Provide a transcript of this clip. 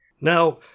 Now